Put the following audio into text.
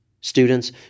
Students